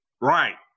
Right